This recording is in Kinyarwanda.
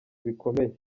bikomeye